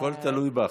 הכול תלוי בך.